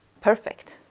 perfect